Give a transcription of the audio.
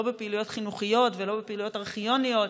בפעילויות חינוכיות ולא בפעילויות ארכיוניות,